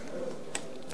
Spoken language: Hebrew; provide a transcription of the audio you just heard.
אדוני ראש הממשלה,